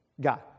God